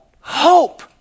hope